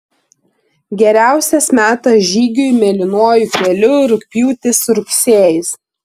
geriausias metas žygiui mėlynuoju keliu rugpjūtis rugsėjis